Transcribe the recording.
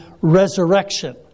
resurrection